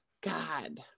God